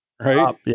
Right